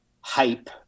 hype